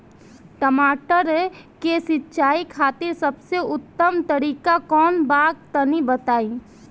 टमाटर के सिंचाई खातिर सबसे उत्तम तरीका कौंन बा तनि बताई?